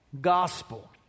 gospel